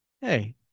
Hey